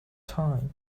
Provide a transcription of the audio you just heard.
time